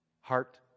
Heart